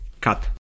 Cut